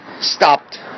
stopped